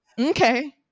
okay